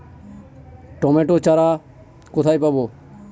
Tomato চারা কোথায় পাবো?